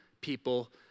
people